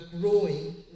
growing